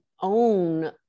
own